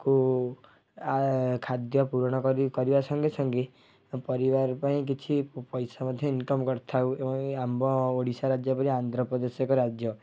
କୁ ଖାଦ୍ୟପୂରଣ କରିବା ସଙ୍ଗେ ସଙ୍ଗେ ଆମ ପରିବାର ପାଇଁ କିଛି ପଇସା ମଧ୍ୟ ଇନ୍କମ୍ କରିଥାଉ ଏବଂ ଆମ୍ଭ ଓଡ଼ିଶା ରାଜ୍ୟ ପରି ଆନ୍ଧ୍ରପ୍ରଦେଶ ଏକ ରାଜ୍ୟ